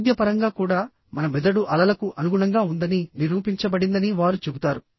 వైద్యపరంగా కూడా మన మెదడు అలలకు అనుగుణంగా ఉందని నిరూపించబడిందని వారు చెబుతారు